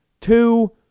two